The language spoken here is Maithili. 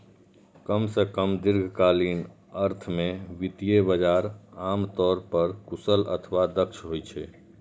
कम सं कम दीर्घकालीन अर्थ मे वित्तीय बाजार आम तौर पर कुशल अथवा दक्ष होइ छै